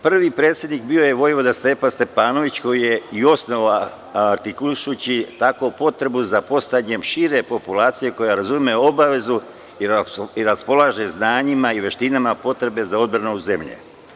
Prvi predsednik bio je vojvoda Stepa Stepanović, koji je i osnova artikulišući potrebu za postojanjem šire populacije koja razume obavezu, raspolaže znanjima i veštinama potrebe za odbranu zemlje.